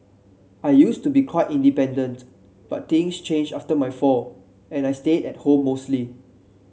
I used to be quite independent but things changed after my fall and I stayed at home mostly